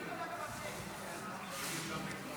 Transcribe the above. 56 בעד, 36